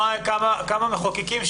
הישיבה ננעלה בשעה 14:05.